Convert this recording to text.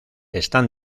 están